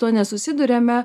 tuo nesusiduriame